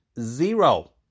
zero